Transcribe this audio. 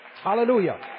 Hallelujah